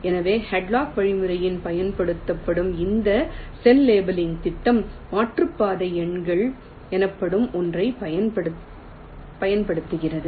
எனவே ஹாட்லாக் வழிமுறையில் பயன்படுத்தப்படும் இந்த செல் லேபிளிங் திட்டம் மாற்றுப்பாதை எண்கள் எனப்படும் ஒன்றைப் பயன்படுத்துகிறது